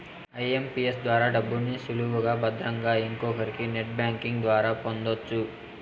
IMPS ద్వారా డబ్బుని సులువుగా భద్రంగా ఇంకొకరికి నెట్ బ్యాంకింగ్ ద్వారా పొందొచ్చు